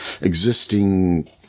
existing